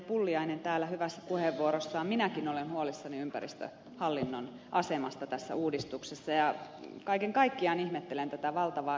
pulliainen täällä hyvässä puheenvuorossaan minäkin olen huolissani ympäristöhallinnon asemasta tässä uudistuksessa ja kaiken kaikkiaan ihmettelen tätä valtavaa kiirettä